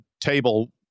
table